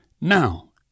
now